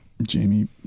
Jamie